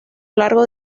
largo